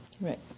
Right